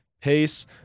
pace